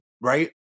Right